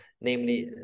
namely